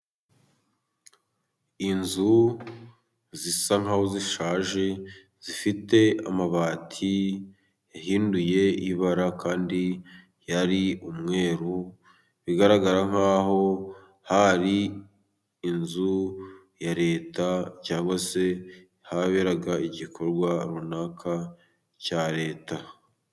Inzu zisa nkaho zishaje, zifite amabati yahinduye ibara kandi yari umweru, bigaragara nkaho hari inzu ya leta cyangwa se haberaga igikorwa runaka cya leta.